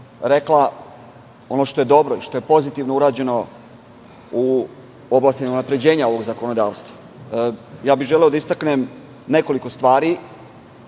rekla ono što je dobro i što je pozitivno urađeno u oblasti unapređenja ovog zakonodavstva. Želeo bih da istaknem nekoliko stvari.